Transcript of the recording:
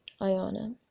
Ayana